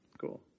Cool